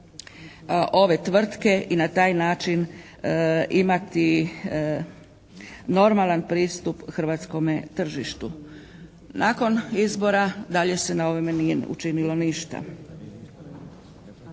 ove tvrtke i na taj način imati normalan pristup hrvatskome tržištu. Nakon izbora dalje se na ovome nije učinilo ništa.